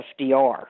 FDR